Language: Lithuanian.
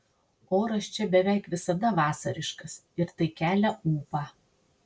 oras čia beveik visada vasariškas ir tai kelia ūpą